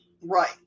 Right